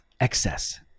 Excess